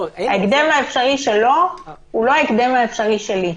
ההקדם האפשרי שלו הוא לא ההקדם האפשרי שלי.